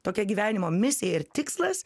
tokia gyvenimo misija ir tikslas